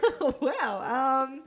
Wow